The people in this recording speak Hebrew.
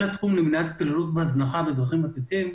התחום למניעת התעללות והזנחה באזרחים ותיקים.